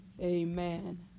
Amen